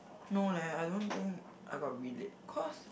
no leh I don't think I got relate cause